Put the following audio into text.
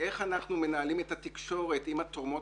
איך אנחנו מנהלים את התקשורת עם התורמות